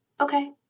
Okay